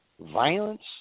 Violence